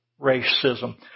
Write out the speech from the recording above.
racism